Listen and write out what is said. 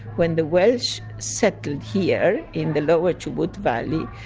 when the welsh settled here, in the lower chubut valley,